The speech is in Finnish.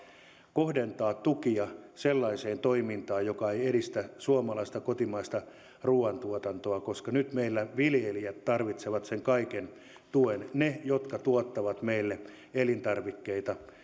kohdentaa tukia sellaiseen toimintaan joka ei edistä suomalaista kotimaista ruuantuotantoa koska nyt meillä viljelijät tarvitsevat sen kaiken tuen he jotka tuottavat meille elintarvikkeita